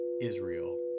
Israel